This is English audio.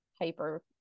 hyper